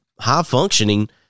High-functioning